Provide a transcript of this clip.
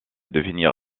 devenir